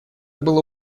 было